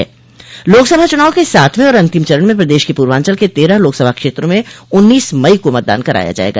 लोकसभा चुनाव के सातवें और अंतिम चरण में प्रदेश के पूर्वांचल के तेरह लोकसभा क्षेत्रों में उन्नीस मई को मतदान कराया जायेगा